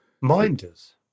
Minders